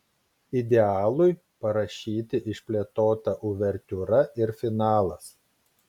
idealui parašyti išplėtota uvertiūra ir finalas